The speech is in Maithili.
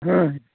हुँ